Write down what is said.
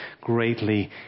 greatly